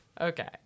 Okay